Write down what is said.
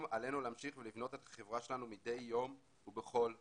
עלינו להמשיך ולבנות את החברה שלנו מדי יום ובכל דור.